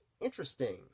interesting